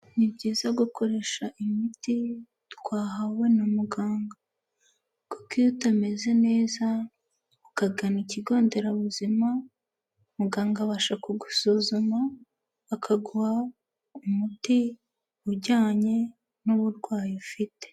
Ni byiza gukoresha imiti twahawe na muganga kuko iyo utameze neza, ukagana ikigo nderabuzima, muganga abasha kugusuzuma, akaguha umuti ujyanye n'uburwayi ufite.